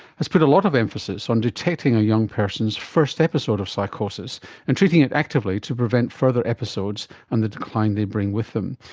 has put a lot of emphasis on detecting a young person's first episode of psychosis and treating it actively to prevent further episodes and the decline they bring with them.